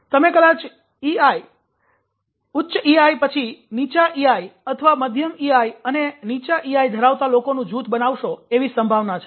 તમે કદાચ ઉચ્ચ ઇઆઇ પછી નીચા ઇઆઇ અથવા મધ્યમ ઇઆઇ અને નીચા ઇઆઇ ધરાવતા લોકોનું જૂથ બનાવશો એવી સંભાવના છે